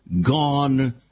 gone